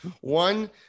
One